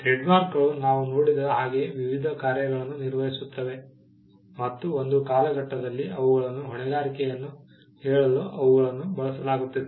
ಟ್ರೇಡ್ಮಾರ್ಕ್ಗಳು ನಾವು ನೋಡಿದ ಹಾಗೆ ವಿವಿಧ ಕಾರ್ಯಗಳನ್ನು ನಿರ್ವಹಿಸುತ್ತವೆ ಮತ್ತು ಒಂದು ಕಾಲಘಟ್ಟದಲ್ಲಿ ಅವುಗಳನ್ನು ಹೊಣೆಗಾರಿಕೆಯನ್ನು ಹೇಳಲು ಅವುಗಳನ್ನು ಬಳಸಲಾಗುತ್ತಿತ್ತು